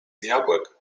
jabłek